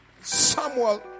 Samuel